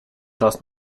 czas